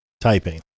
typing